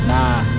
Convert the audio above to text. Nah